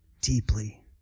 Deeply